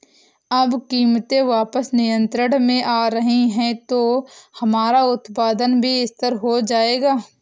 अब कीमतें वापस नियंत्रण में आ रही हैं तो हमारा उत्पादन भी स्थिर हो जाएगा